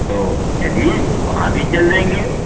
तो चलिए वहाँ भी चल देंगे